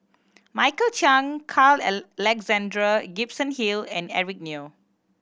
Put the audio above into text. Michael Chiang Carl Alexander Gibson Hill and Eric Neo